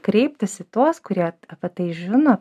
kreiptis į tuos kurie apie tai žino